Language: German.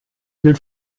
gilt